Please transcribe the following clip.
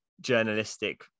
journalistic